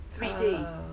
3D